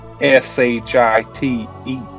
S-H-I-T-E